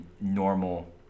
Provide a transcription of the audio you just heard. normal